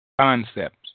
concepts